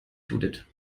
judith